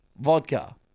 Vodka